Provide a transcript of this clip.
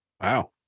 Wow